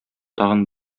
тагын